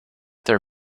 their